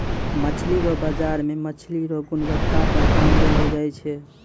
मछली रो बाजार मे मछली रो गुणबत्ता पर दाम देलो जाय छै